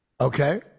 Okay